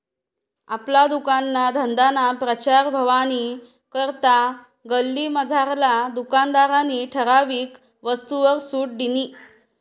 आपला दुकानना धंदाना प्रचार व्हवानी करता गल्लीमझारला दुकानदारनी ठराविक वस्तूसवर सुट दिनी